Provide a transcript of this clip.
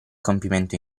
compimento